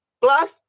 plus